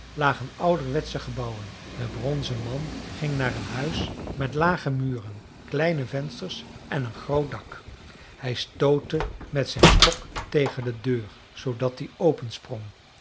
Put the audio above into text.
lagen ouderwetsche gebouwen de bronzen man ging naar een huis met lage muren kleine vensters en een groot dak hij stootte met zijn stok tegen de deur zoodat die open sprong